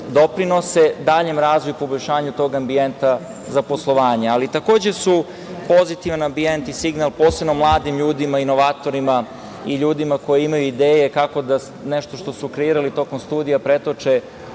doprineli daljem razvoju poboljšanja tog ambijenta za poslovanje. Takođe su pozitivan ambijent i signal posebno mladim ljudima, inovatorima i ljudima koji imaju ideje kako da nešto što su kreirali tokom studija pretoče